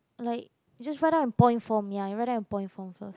like just write down in point form ya you write down in point form first